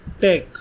tech